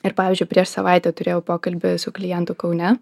ir pavyzdžiui prieš savaitę turėjau pokalbį su klientu kaune